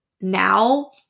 now